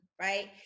right